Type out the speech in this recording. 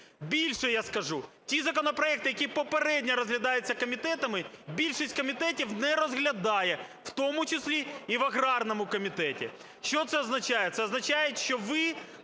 Більше я скажу, ті законопроекти, які попередньо розглядаються комітетами, більшість комітетів не розглядає, в тому числі і в аграрному комітеті. Що це означає? Це означає, що ви